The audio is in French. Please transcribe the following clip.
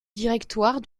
directoire